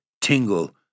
tingle